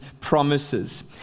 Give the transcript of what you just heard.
promises